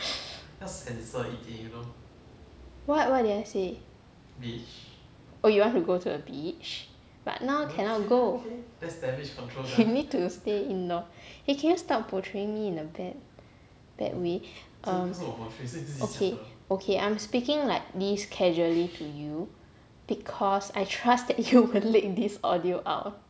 what what did I say oh you want to go to the beach but now cannot go you need to stay indoor eh can you stop portraying me in a bad bad way um okay okay I'm speaking like these casually to you because I trust that you could leak this audio out